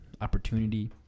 opportunity